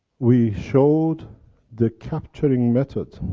we showed the capturing method